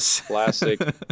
classic